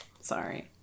Sorry